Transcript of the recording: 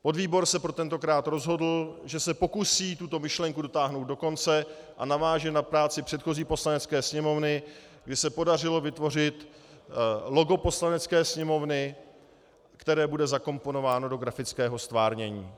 Podvýbor se protentokrát rozhodl, že se pokusí tuto myšlenku dotáhnout do konce a naváže na práci předchozí Poslanecké sněmovny, kdy se podařilo vytvořit logo Poslanecké sněmovny, které bude zakomponováno do grafického ztvárnění.